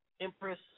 Empress